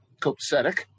copacetic